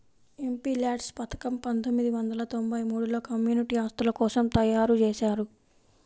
MPLADS పథకం పందొమ్మిది వందల తొంబై మూడులో కమ్యూనిటీ ఆస్తుల కోసం తయ్యారుజేశారు